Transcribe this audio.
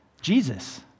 Jesus